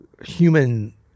human